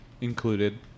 included